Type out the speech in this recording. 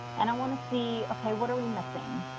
and i want to see, okay, what are we missing?